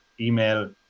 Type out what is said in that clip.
email